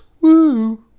Woo